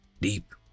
Deep